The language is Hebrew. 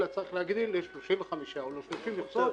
אלא צריך להגדיל ל-35 או ל-30 מכסות,